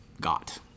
got